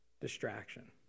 distraction